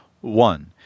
One